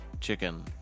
chicken